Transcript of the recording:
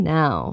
now